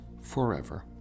forever